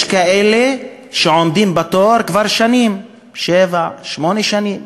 יש כאלה שעומדים בתור כבר שנים, שבע-שמונה שנים,